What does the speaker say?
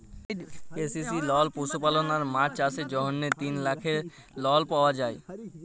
KCC লল পশুপালল আর মাছ চাষের জ্যনহে তিল লাখের লল পাউয়া যায়